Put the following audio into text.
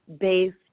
based